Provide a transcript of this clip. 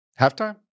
Halftime